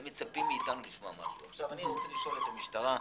אני רוצה לשמוע את המשטרה,